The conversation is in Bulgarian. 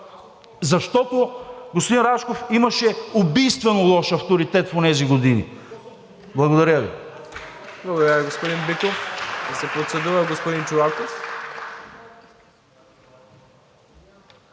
защото господин Рашков имаше убийствено лош авторитет в онези години. Благодаря Ви.